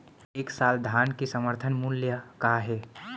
ए साल धान के समर्थन मूल्य का हे?